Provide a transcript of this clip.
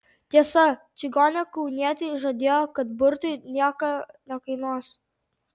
tiesa čigonė kaunietei žadėjo kad burtai nieko nekainuos